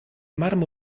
marmo